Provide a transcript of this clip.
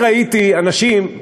ראיתי אנשים,